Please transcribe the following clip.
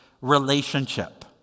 relationship